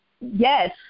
Yes